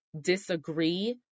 disagree